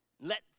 Let